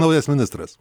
naujas ministras